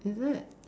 is it